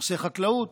בנושאי חקלאות,